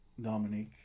Dominique